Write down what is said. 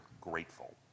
grateful